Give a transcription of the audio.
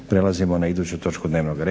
Prelazimo na iduću točku dnevnog reda,